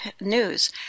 news